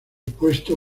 puesto